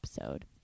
episode